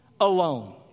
alone